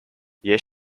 yes